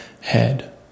head